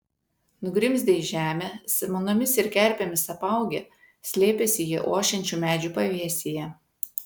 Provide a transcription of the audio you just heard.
nugrimzdę į žemę samanomis ir kerpėmis apaugę slėpėsi jie ošiančių medžių pavėsyje